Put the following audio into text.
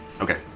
Okay